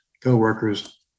co-workers